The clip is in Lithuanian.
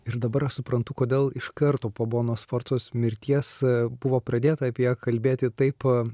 ir dabar aš suprantu kodėl iš karto po bonos sforcos mirties buvo pradėta apie ją kalbėti taip